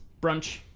Brunch